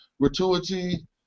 gratuity